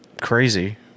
crazy